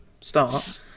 start